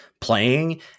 playing